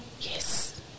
Yes